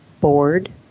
bored